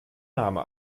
name